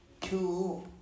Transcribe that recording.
two